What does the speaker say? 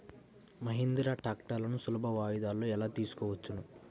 మహీంద్రా ట్రాక్టర్లను సులభ వాయిదాలలో ఎలా తీసుకోవచ్చు?